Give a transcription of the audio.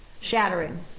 shattering